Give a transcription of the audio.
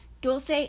Dulce